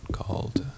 called